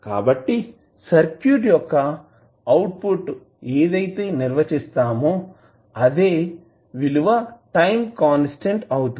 కాబట్టి సర్క్యూట్ యొక్క output ఏదైతే నిర్వచిస్తామో అదే విలువ టైం కాన్స్టాంట్ అవుతుంది